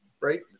right